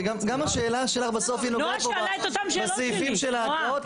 גם השאלה שלך בסוף היא נוגעת לאותם סעיפים של ההקראות.